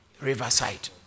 riverside